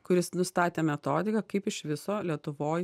kuris nustatė metodiką kaip iš viso lietuvoj